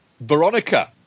Veronica